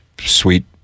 sweet